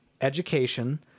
education